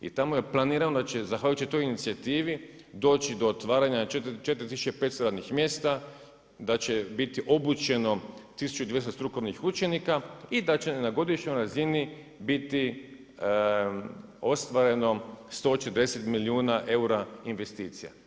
I tamo je planirano da će zahvaljujući toj inicijativi doći do otvaranja 4500 radnih mjesta, da će biti obučeno 1200 strukovnih učenika i da će na godišnjoj razini biti ostvareno 140 milijuna eura investicija.